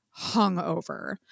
hungover